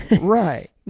Right